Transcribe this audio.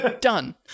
Done